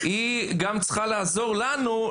היא גם צריכה לעזור לנו,